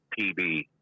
PB